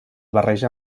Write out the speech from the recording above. barreja